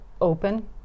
open